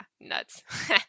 nuts